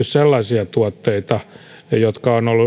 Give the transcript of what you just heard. sellaisia tuotteita jotka ovat